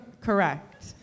Correct